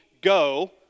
go